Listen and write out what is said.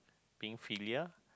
being filial